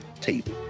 Table